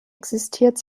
existiert